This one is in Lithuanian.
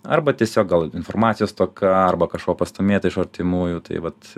arba tiesiog gal informacijos stoka arba kažko pastūmėta iš artimųjų tai vat